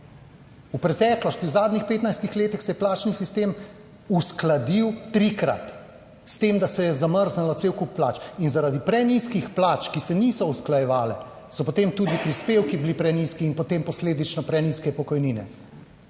V preteklosti, v zadnjih 15 letih se je plačni sistem uskladil trikrat, s tem, da se je zamrznilo cel kup plač in zaradi prenizkih plač, ki se niso usklajevale, so potem tudi prispevki bili prenizki in potem posledično prenizke pokojnine.